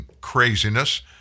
craziness